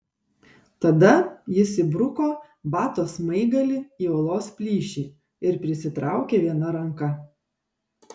tada jis įbruko bato smaigalį į uolos plyšį ir prisitraukė viena ranka